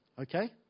Okay